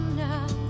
now